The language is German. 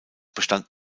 bestand